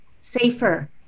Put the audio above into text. safer